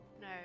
No